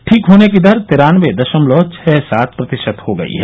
ठीक होने की दर तिरान्नवे दशमलव छह सात प्रतिशत हो गई है